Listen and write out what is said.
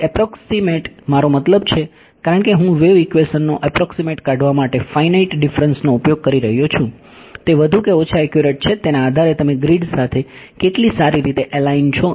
તેથી એપ્રોક્સીમેટ મારો મતલબ છે કારણ કે હું વેવ ઇક્વેશનનો એપ્રોક્સીમેટ કાઢવા માટે ફાઈનાઈટ ડીફરન્સનો ઉપયોગ કરી રહ્યો છું તે વધુ કે ઓછા એકયુરેટ છે તેના આધારે તમે ગ્રીડ સાથે કેટલી સારી રીતે એલાઈન છો